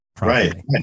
Right